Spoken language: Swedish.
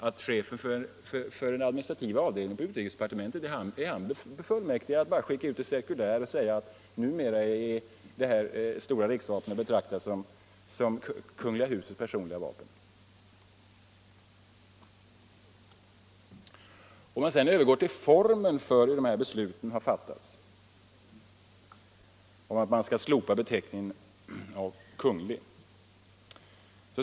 Är chefen för den administrativa avdelningen på UD befullmäktigad att skicka ut ett cirkulär där han utan vidare förklarar, att det stora riksvapnet är att betrakta som Kungl. husets personliga vapen? Låt mig så övergå till formen för beslutet om att slopa beteckningen Kungl.